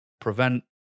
prevent